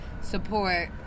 support